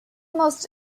most